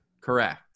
Correct